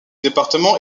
département